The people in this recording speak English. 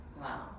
Wow